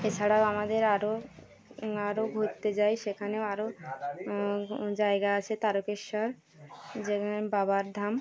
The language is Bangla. এছাড়াও আমাদের আরও আরও ঘুরতে যাই সেখানেও আরও জায়গা আছে তারকেশ্বর যেখানে বাবার ধাম